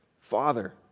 Father